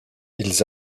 ils